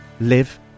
live